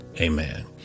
Amen